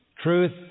truth